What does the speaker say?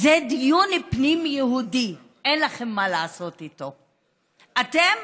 זה דיון פנים יהודי, אין לכם מה לעשות בו, אתם,